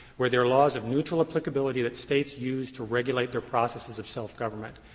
where there are laws of neutral applicability that states use to regulate their processes of self-government.